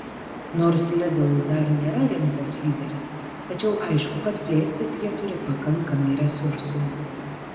nors lidl dar nėra rinkos lyderis tačiau aišku kad plėstis jie turi pakankamai resursų